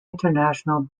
international